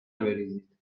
بریزید